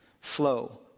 flow